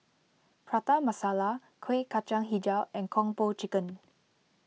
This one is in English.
Prata Masala Kuih Kacang HiJau and Kung Po Chicken